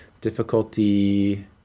difficulty